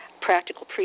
practical